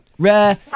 Rare